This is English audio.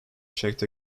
checked